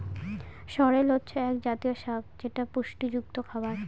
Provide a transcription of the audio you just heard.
সরেল হচ্ছে এক জাতীয় শাক যেটা পুষ্টিযুক্ত খাবার